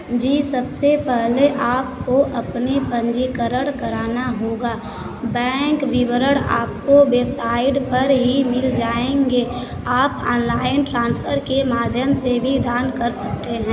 जी सबसे पहले आपको अपने पंजीकरण कराना होगा बैंक विवरण आपको वेबसाइट पर ही मिल जाएंगे आप ऑनलाइन ट्रांसफर के माध्यम से भी दान कर सकते हैं